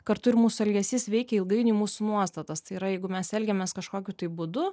kartu ir mūsų elgesys veikia ilgainiui mūsų nuostatas tai yra jeigu mes elgiamės kažkokiu tai būdu